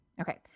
Okay